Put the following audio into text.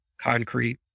concrete